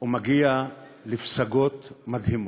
ומגיע לפסגות מדהימות,